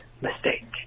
mistake